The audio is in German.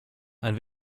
ein